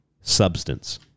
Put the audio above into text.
substance